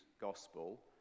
gospel